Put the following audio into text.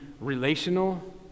relational